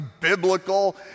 biblical